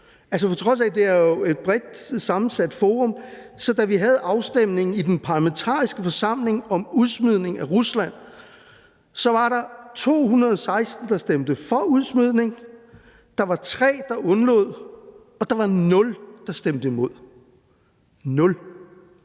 altså på trods af at det er et bredt sammensat forum. Da vi havde afstemningen i den parlamentariske forsamling om udsmidning af Rusland, var der 216, der stemte for udsmidning; der var 3, der undlod at stemme; og der var 0, der stemte imod –